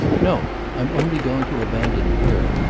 no, i'm only going to abandon her.